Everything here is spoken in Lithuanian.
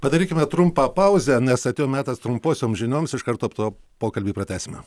padarykime trumpą pauzę nes atėjo metas trumposioms žinioms iš karto po to pokalbį pratęsime